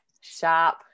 sharp